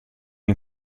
این